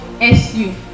SU